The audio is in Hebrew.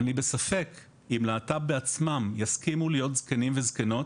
אני בספק אם להט"ב בעצמם יסכימו להיות זקנים וזקנות